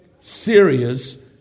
serious